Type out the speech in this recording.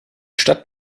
stadt